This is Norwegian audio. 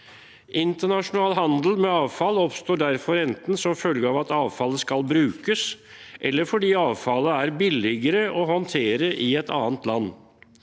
Internasjonal handel med avfall oppstår derfor enten som følge av at avfallet skal brukes, eller fordi avfallet er billigere å håndtere i et annet land.